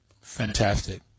Fantastic